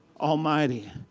Almighty